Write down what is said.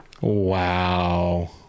Wow